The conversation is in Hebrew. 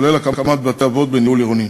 הכוללת הקמת בתי-אבות בניהול עירוני,